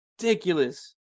ridiculous